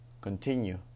continue